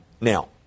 Now